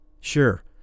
Sure